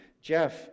Jeff